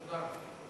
תודה רבה.